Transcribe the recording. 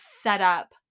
setup